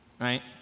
Right